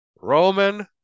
Roman